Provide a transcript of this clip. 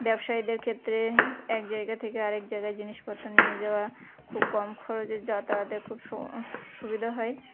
ব্যবসায়ীদের ক্ষেত্রে এক জায়গা থেকে আরেক জায়গায় জিনিসপত্র নিয়ে যাওয়া খুব কম খরচে যাতায়াতের খুব সুবিধা হয়